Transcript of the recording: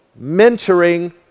mentoring